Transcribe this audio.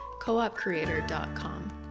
coopcreator.com